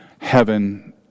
heaven